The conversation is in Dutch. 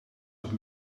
wat